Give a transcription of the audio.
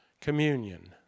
communion